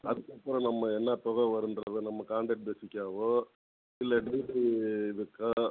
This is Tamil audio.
அதுக்கப்புறம் நம்ம என்ன தொகை வருன்றதை நம்ம காண்ட்ரேட் பேசிக்காவோ இல்லை டேட்டு பேசிக்கா